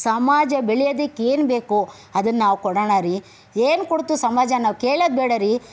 ಸಮಾಜ ಬೆಳಿಯೋದಕ್ಕೇನು ಬೇಕು ಅದನ್ನ ನಾವು ಕೊಡೋಣ ರೀ ಏನು ಕೊಡ್ತು ಸಮಾಜ ನಾವು ಕೇಳೋದು ಬೇಡ ರೀ